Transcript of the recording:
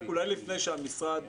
רק אולי לפני שהמשרד,